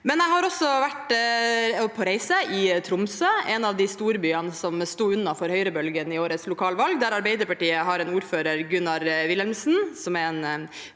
Jeg har også vært på reise. I Tromsø, en av de storbyene som kom seg unna Høyre-bølgen i årets lokalvalg, har Arbeiderpartiet en ordfører – Gunnar Wilhelmsen – som er en